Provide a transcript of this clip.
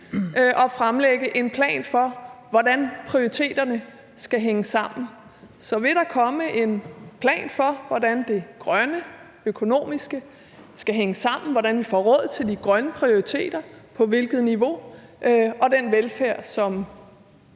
at fremlægge en plan for, hvordan prioriteterne skal hænge sammen. Så vil der komme en plan for, hvordan det grønne skal hænge økonomisk sammen; hvordan vi får råd til de grønne prioriteter og på hvilket niveau og råd til den velfærd, som